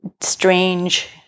strange